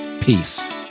Peace